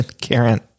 Karen